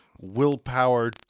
willpower